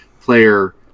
player